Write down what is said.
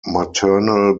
maternal